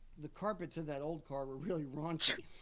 the carpets of that old car were really raunchy.